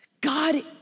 God